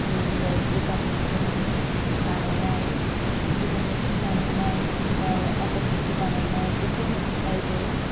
बिदिनो जिगाब मैखुन बानायनाय जिगाब मैखुन बानायनाय ओमफ्राय आगरबाटी बानायनाय बेफोरनि अनगायैबो